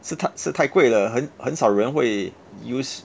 是太是太贵了很很少人会 use